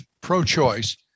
pro-choice